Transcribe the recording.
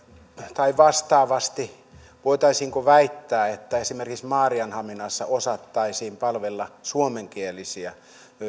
tai vastaavasti voitaisiinko väittää että esimerkiksi maarianhaminassa osattaisiin palvella suomenkielisiä